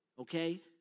Okay